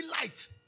Light